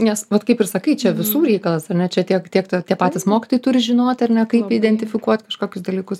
nes vat kaip ir sakai čia visų reikalas ar ne čia tiek tiek tie patys mokytojai turi žinoti ar ne kaip identifikuot kažkokius dalykus